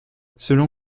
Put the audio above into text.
selon